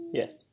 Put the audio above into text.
Yes